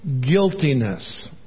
guiltiness